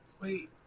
wait